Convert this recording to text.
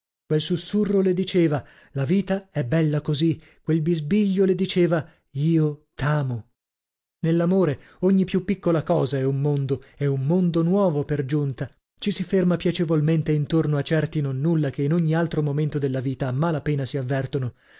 quel susurro le diceva la vita è bella così quel bisbiglio le diceva io t'amo nell'amore ogni più piccola cosa è un mondo e un mondo nuovo per giunta ci si ferma piacevolmente intorno a certi nonnulla che in ogni altro momento della vita a mala pena si avvertono